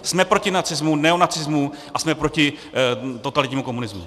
Jsme proti nacismu, neonacismu a jsme proti totalitnímu komunismu!